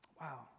Wow